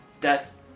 Death